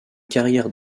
carrière